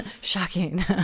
shocking